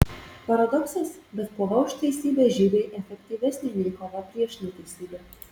paradoksas bet kova už teisybę žymiai efektyvesnė nei kova prieš neteisybę